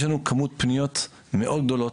יש לנו כמות פניות מאוד גדולה.